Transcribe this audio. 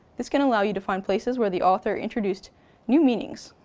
this can allow you to find places where the author introduced new meanings.